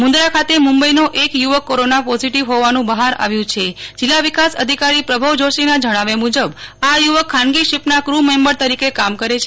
મું દરા ખાતે મું બઈનો એક યુ વક કોરોના પોઝીટીવ હોવાનું બહાર આવ્યુ છે જિલ્લા વિકાસ અધિકારી પ્રભવ જોષીના જણાવ્યા મુજબ આ યુ વક એક ખાનગી શીપના ક્રુ મેમ્બર તરીકે કામ કરે છે